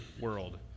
world